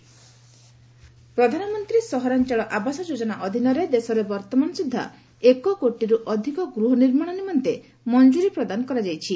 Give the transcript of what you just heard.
ଗଭ୍ PMAY ପ୍ରଧାନମନ୍ତ୍ରୀ ସହରାଞ୍ଚଳ ଆବାସ ଯୋଜନା ଅଧୀନରେ ଦେଶରେ ବର୍ତ୍ତମାନ ସୁଦ୍ଧା ଏକ କୋଟିରୁ ଅଧିକ ଗୃହ ନିର୍ମାଣ ନିମନ୍ତେ ମଞ୍ଜୁରୀ ପ୍ରଦାନ କରାଯାଇଛି